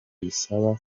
bisaba